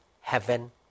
heaven